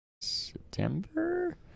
September